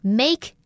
make